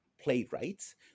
playwrights